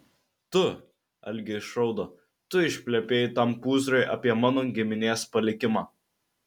tu algė išraudo tu išplepėjai tam pūzrui apie mano giminės palikimą